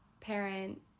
parent